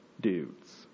dudes